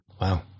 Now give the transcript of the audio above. Wow